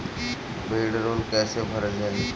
भीडरौल कैसे भरल जाइ?